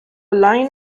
line